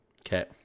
Okay